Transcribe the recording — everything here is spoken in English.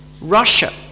Russia